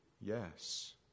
yes